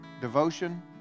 devotion